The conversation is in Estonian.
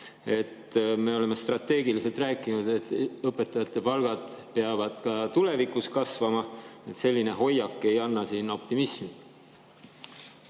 me oleme strateegiliselt rääkinud, et õpetajate palgad peavad ka tulevikus kasvama. Selline hoiak ei anna optimismi.